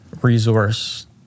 resource